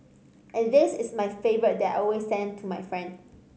and this is my favourite that I always send to my friends